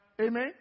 Amen